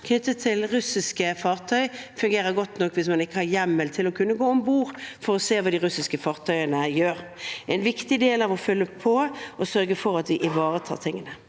knyttet til russiske fartøy fungerer godt nok, hvis man ikke har hjemmel til å kunne gå om bord for å se hva de russiske fartøyene gjør. Å følge med på dette er en viktig del av det å sørge for at vi ivaretar de tingene.